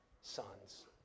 sons